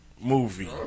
movie